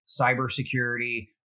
cybersecurity